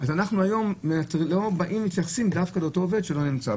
אז אנחנו היום מתייחסים דווקא לאותו עובד שלא נמצא.